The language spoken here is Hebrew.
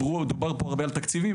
דובר פה הרבה על תקציבים,